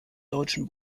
deutschen